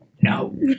No